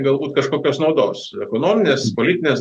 galbūt kažkokios naudos ekonominės politinės